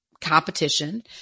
competition